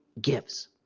gives